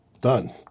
Done